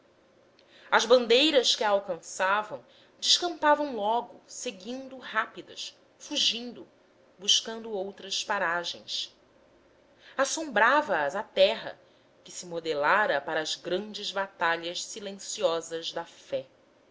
as bandeiras que a alcançavam decampavam logo seguindo rápidas fugindo buscando outras paragens assombrava as a terra que se modelara para as grandes batalhas silenciosas da fé